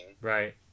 Right